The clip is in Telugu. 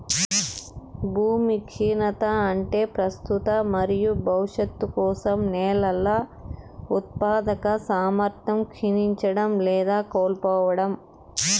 భూమి క్షీణత అంటే ప్రస్తుత మరియు భవిష్యత్తు కోసం నేలల ఉత్పాదక సామర్థ్యం క్షీణించడం లేదా కోల్పోవడం